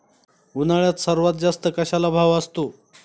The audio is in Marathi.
उन्हाळ्यात सर्वात जास्त कशाला भाव असतो?